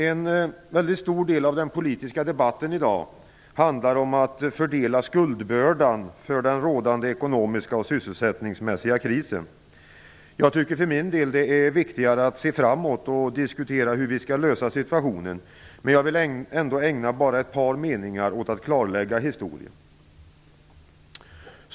En väldigt stor del av den politiska debatten i dag handlar om att fördela skuldbördan för den rådande ekonomiska och sysselsättningsmässiga krisen. Jag tycker att det är viktigare att se framåt och diskutera hur vi skall lösa situationen. Men jag vill ändå ägna bara ett par meningar åt att klarlägga historien.